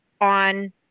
on